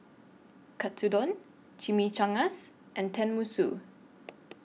Katsudon Chimichangas and Tenmusu